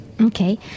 Okay